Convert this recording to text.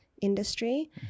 industry